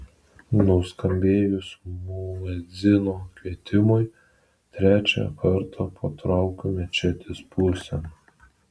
nuskambėjus muedzino kvietimui trečią kartą patraukiu mečetės pusėn